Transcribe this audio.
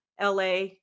LA